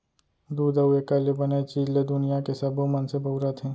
दूद अउ एकर ले बने चीज ल दुनियां के सबो मनसे बउरत हें